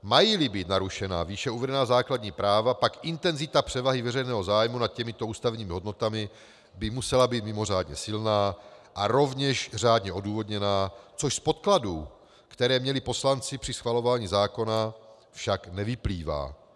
majíli být narušena výše uvedená základní práva, pak intenzita převahy veřejného zájmu nad těmito ústavními hodnotami by musela být mimořádně silná a rovněž řádně odůvodněná, což z podkladů, které měli poslanci při schvalování zákona, však nevyplývá.